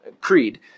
Creed